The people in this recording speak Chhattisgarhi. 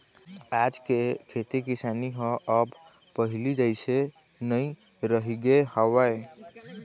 आज के खेती किसानी ह अब पहिली जइसे नइ रहिगे हवय